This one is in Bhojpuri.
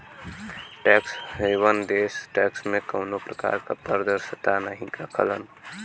टैक्स हेवन देश टैक्स में कउनो प्रकार क पारदर्शिता नाहीं रखलन